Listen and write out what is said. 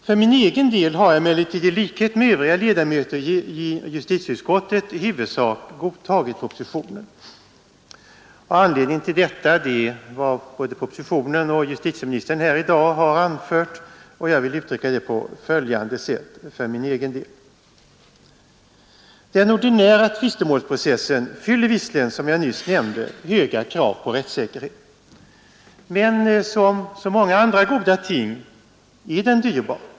För min egen del har jag emellertid i likhet med övriga ledamöter i justitieutskottet i huvudsak godtagit propositionen, och anledningen till detta är vad justitieministern både i propositionen och här i dag har anfört. Jag vill uttrycka det på följande sätt: Den ordinära tvistemålsprocessen fyller visserligen som jag nyss nämnde höga krav på rättssäkerhet. Men som så många andra goda ting är den dyrbar.